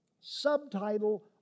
subtitle